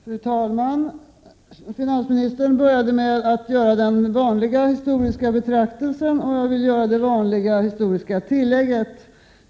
Fru talman! Finansministern började med att göra den vanliga historiska betraktelsen, och jag vill göra det vanliga historiska tillägget.